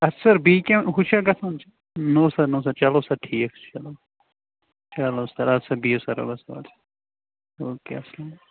اَتھ سَر بیٚیہِ کیٚنٛہہ ہُہ چھا گَژھان چھُ نو سَر نو سَر چَلو سَر ٹھیٖک چھُ چَلو چَلو سَر اَدٕ سا بِہِو سَر رۄبَس حوال اوکے اَسلام علیکُم